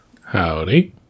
Howdy